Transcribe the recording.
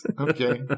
Okay